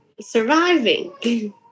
Surviving